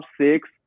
six